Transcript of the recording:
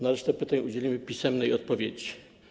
Na resztę pytań udzielimy pisemnej odpowiedzi.